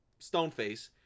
Stoneface